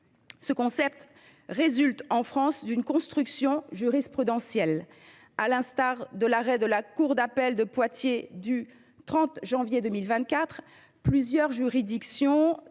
ce concept résulte en France d’une construction jurisprudentielle. À l’instar des arrêts de la cour d’appel de Poitiers du 31 janvier 2024, plusieurs juridictions